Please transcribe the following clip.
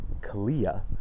Kalia